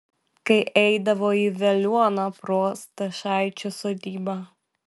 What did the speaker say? kai eidavo į veliuoną pro stašaičių sodybą